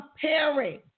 comparing